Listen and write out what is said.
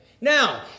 Now